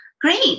Great